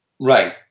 right